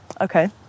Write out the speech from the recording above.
Okay